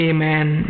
Amen